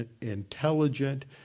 intelligent